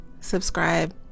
subscribe